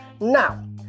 Now